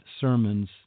sermons